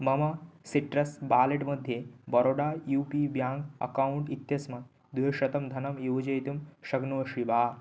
मम citrus wallet मध्ये Baroda U P bank account इत्यस्मात् द्विशतं धनं योजयितुं शक्नोषि वा